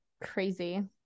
crazy